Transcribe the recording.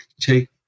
take